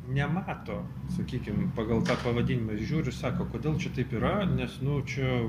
nemato sakykim pagal tą pavadinimą ir žiūri sako kodėl šitaip yra nes nu čia